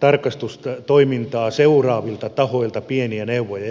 tarkastustoimintaa seuraavilta tahoilta hieman pieniä neuvoja